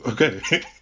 okay